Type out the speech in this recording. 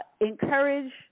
encourage